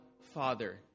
Father